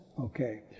Okay